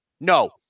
no